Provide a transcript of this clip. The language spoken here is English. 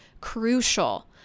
crucial